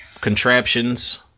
contraptions